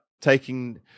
taking